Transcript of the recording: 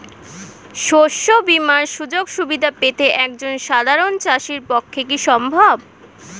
শস্য বীমার সুযোগ সুবিধা পেতে একজন সাধারন চাষির পক্ষে কি সম্ভব?